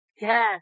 Yes